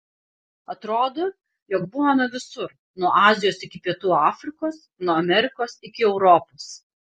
atrodo jog buvome visur nuo azijos iki pietų afrikos nuo amerikos iki europos